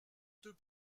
deux